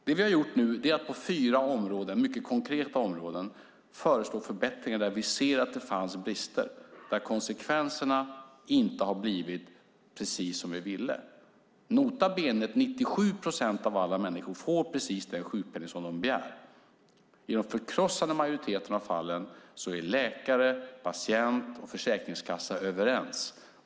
Det vi nu har gjort är att vi på fyra mycket konkreta områden har föreslagit förbättringar där vi sett att det fanns brister, där konsekvenserna inte har blivit precis som vi ville. Nota bene, 97 procent av alla människor får precis den sjukpenning som de begär. I den förkrossande majoriteten av fallen är läkare, patient och försäkringskassa överens.